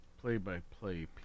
play-by-play